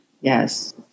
Yes